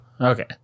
Okay